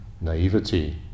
naivety